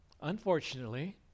Unfortunately